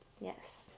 Yes